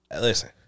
Listen